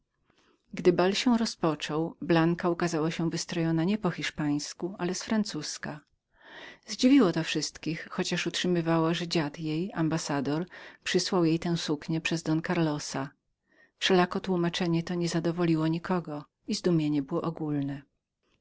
gdy bal się rozpoczął blanka ukazała się wystrojona nie po hiszpańsku ale z francuzka zdziwiło to wszystkich chociaż utrzymywała zeże dziad jej ambassador przysłał jej to suknię przez don karlosa wszelako tłumaczenie to niezadowoliło nikogo i podziwienie było ogólnem